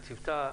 לצוותה,